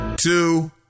two